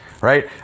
right